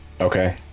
Okay